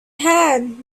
had